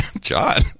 john